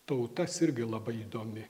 tautas irgi labai įdomi